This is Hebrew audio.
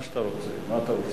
אדוני היושב-ראש,